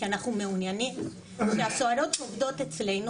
כי אנחנו מעוניינים שהסוהרות שעובדות אצלנו,